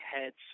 heads